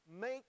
make